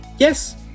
Yes